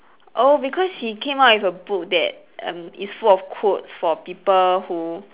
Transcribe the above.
oh because she came out with a book that um is full of quotes for people who